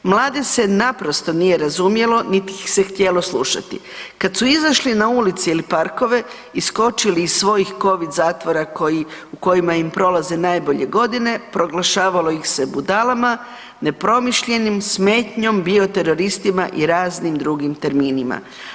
Mlade se naprosto nije razumjelo niti ih se htjelo slušati, kada su izašli na ulice ili parkove iskočili iz svojih covid zatvora u kojima im prolaze najbolje godine, proglašavalo ih se budalama, nepromišljenim, smetnjom, bio teroristima i raznim drugim terminima.